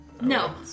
No